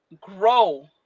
grow